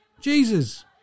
Jesus